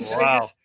Wow